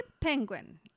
penguin